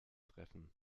treffen